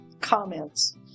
comments